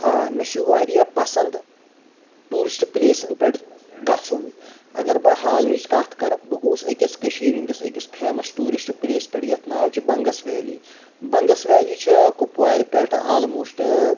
آ مےٚ چھُ واریاہ پسند ٹیوٗرِسٹ پلیسن پٮ۪ٹھ گژُھن اگر بہٕ حالہٕچ کتھ کر بہٕ گووُس أکِس کٔشیٖرِ ۂنٛدِس أکِس فیمس ٹیوٗرِسٹ پلیس پٮ۪ٹھ یتھ ناو چھ بنگس ویلی بنگس ویلی چھ کپوارِ پٮ۪ٹھ آلموسٹ